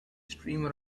streamer